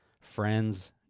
Friends